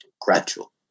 gradual